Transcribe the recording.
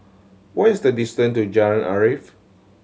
what is the distance to Jalan Arif